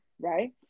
right